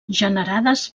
generades